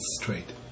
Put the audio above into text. straight